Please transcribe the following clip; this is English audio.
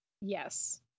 yes